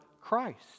Christ